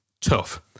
tough